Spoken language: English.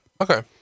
Okay